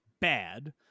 bad